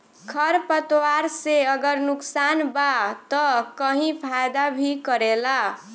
खर पतवार से अगर नुकसान बा त कही फायदा भी करेला